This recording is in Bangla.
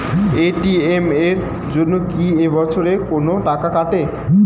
এ.টি.এম এর জন্যে কি বছরে কোনো টাকা কাটে?